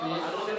זה לא קשור,